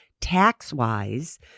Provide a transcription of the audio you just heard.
tax-wise